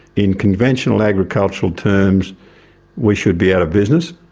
in conventional agricultural terms we should be out of business,